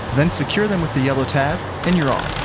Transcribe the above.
then secure them with the yellow tab, and you're off.